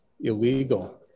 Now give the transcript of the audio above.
illegal